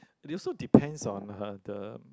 it also depends on uh the